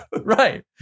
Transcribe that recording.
Right